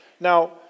Now